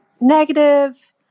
negative